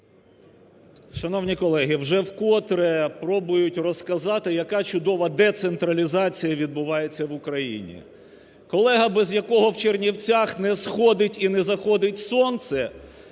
Шановні колеги, вже вкотре пробують розказати, яка чудова децентралізація відбувається в Україні. Колега, без якого у Чернівцях не сходить і не заходить сонце,